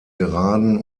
geraden